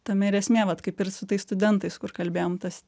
tame ir esmė vat kaip ir su tais studentais kur kalbėjom tas